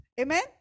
Amen